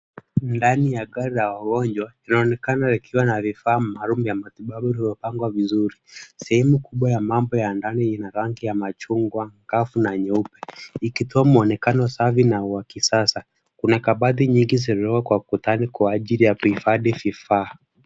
Ndani ya gari la wagonjwa inaonekana ikiwa na vifaa maalum vya matibabu vimepangwa vizuri. Sehemu kubwa ya mambo ya ndani ina rangi ya machungwa, kavu na nyeupe ikitoa mwonekano safi na wakisasa. Kuna kabati nyingi zimewekwa kutani kwa ajili ya kuhifadhi vifaa.